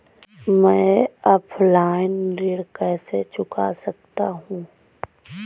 मैं ऑफलाइन ऋण कैसे चुका सकता हूँ?